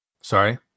Sorry